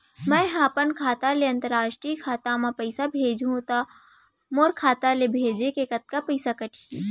मै ह अपन खाता ले, अंतरराष्ट्रीय खाता मा पइसा भेजहु त मोर खाता ले, भेजे के कतका पइसा कटही?